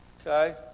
Okay